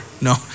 No